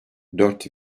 dört